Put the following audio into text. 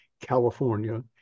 california